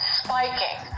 spiking